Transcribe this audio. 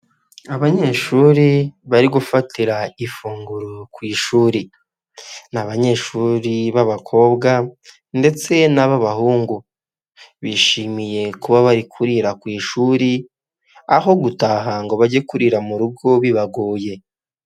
Abanyeshuri bari gufatira ifunguro ku ishuri; ni abanyeshuri b'abakobwa ndetse n'ababahungu bishimiye kuba bari kurira ku ishuri; aho gutaha ngo bajye kurira mu rugo bibagoye.